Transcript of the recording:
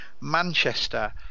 Manchester